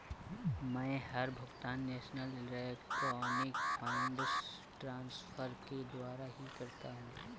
मै हर भुगतान national electronic funds transfer के द्वारा ही करता हूँ